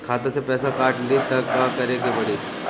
खाता से पैसा काट ली त का करे के पड़ी?